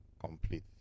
complete